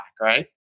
right